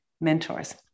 mentors